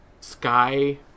Sky